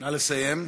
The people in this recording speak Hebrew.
נא לסיים.